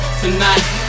tonight